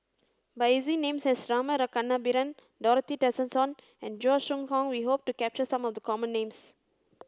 by using names as Rama Kannabiran Dorothy Tessensohn and Chua Koon Siong we hope to capture some of the common names